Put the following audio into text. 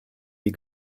die